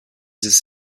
this